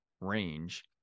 range